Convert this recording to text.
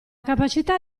capacità